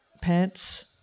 pants